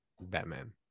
Batman